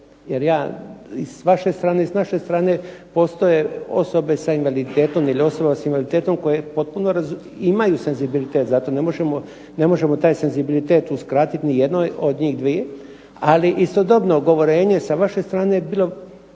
Jer ja i s vaše strane i s naše strane postoje osobe sa invaliditetom ili osoba s invaliditetom koje potpuno imaju senzibilitet za to, ne možemo taj senzibilitet uskratiti ni jednoj od njih dvije, ali istodobno govorenje sa vaše strane je bilo